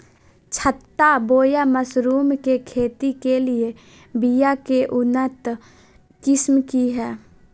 छत्ता बोया मशरूम के खेती के लिए बिया के उन्नत किस्म की हैं?